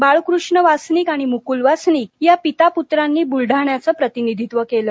बाळकृष्ण वासनिक आणि मुकुल वासनिक या पिता पुत्रांनी बुलढाण्याचं प्रतिनिधीत्व केलं